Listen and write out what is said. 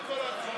חברי הכנסת,